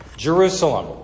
Jerusalem